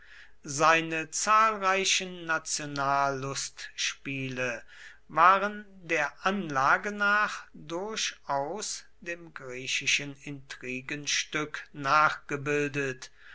seine zahlreichen nationallustspiele waren der anlage nach durchaus dem griechischen intrigenstück nachgebildet